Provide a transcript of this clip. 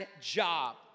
job